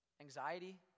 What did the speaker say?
anxiety